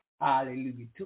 Hallelujah